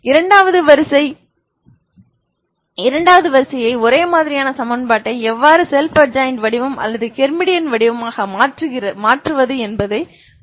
இரண்டாவது வரிசையை ஒரே மாதிரியான சமன்பாட்டை எவ்வாறு ஸெல்ப் அட்ஜாயின்ட் வடிவம் அல்லது ஹெர்மிடியன் வடிவமாக மாற்றுவது என்று பார்ப்போம்